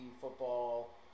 football